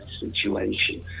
Situation